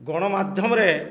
ଗଣମାଧ୍ୟମରେ